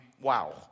wow